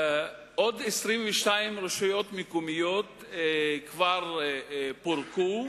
עוד 22 רשויות מקומיות כבר פורקו,